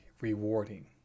rewarding